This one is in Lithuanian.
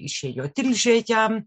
išėjo tilžėje